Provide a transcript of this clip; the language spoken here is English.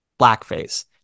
blackface